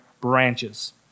branches